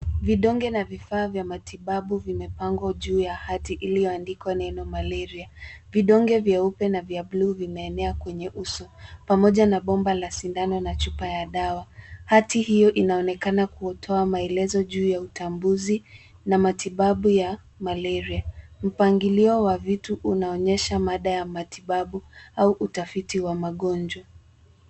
Vidonge na vifaa vya matibabu vimepangwa juu ya hati iliyoandikwa neno Malaria. Vidonge vyeupe na vya bluu vimeenea kwenye uso, pamoja na bomba la sindano na chupa ya dawa. Hati hiyo inaonekana kutoa maelezo juu ya utambuzi na matibabu ya Malaria. Mpangilio wa vitu unaonyesha mada ya matibabu au utafiti wa magonjwa.